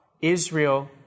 Israel